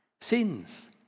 sins